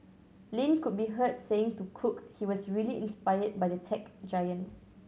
Lin could be heard saying to cook he was really inspired by the tech giant